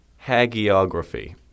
hagiography